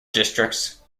districts